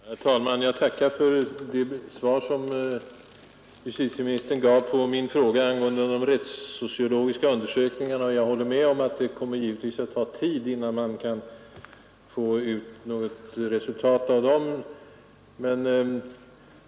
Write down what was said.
Herr talman! Jag tackar för det svar som justitieministern gav på min fråga angående de rättssociologiska undersökningarna. Jag håller med om att det väl kommer att ta tid innan man kan få ut något resultat av dem.